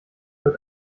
wird